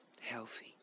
Healthy